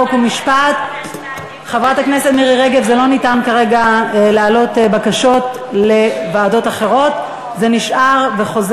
חוק ומשפט על רצונה להחיל דין רציפות על הצעת חוק